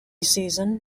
season